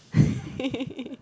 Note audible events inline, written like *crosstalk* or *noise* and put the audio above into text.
*laughs*